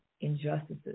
injustices